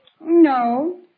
No